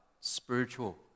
spiritual